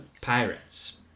Pirates